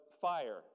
fire